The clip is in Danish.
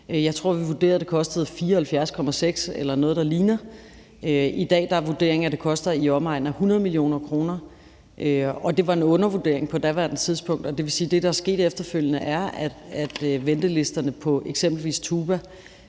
Jeg tror, at vi vurderede, at det kostede 74,6 mio. kr. eller noget, der ligner. I dag er vurderingen, at det koster i omegnen af 100 mio. kr. Det var en undervurdering på daværende tidspunkt, og det vil sige, at det, der er sket efterfølgende, er, at ventelisterne på eksempelvis TUBA